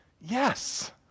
Yes